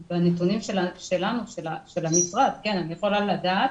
בנתונים של המשרד, כן, אני יכולה לדעת.